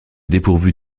dépourvue